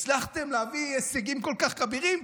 הצלחתם להביא הישגים כל כך כבירים,